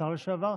השר לשעבר.